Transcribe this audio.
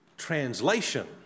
translation